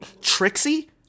Trixie